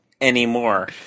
anymore